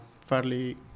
fairly